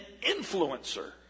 influencer